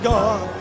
God